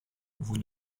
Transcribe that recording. vous